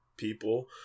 people